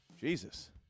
Jesus